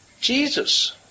Jesus